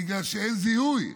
בגלל שאין זיהוי.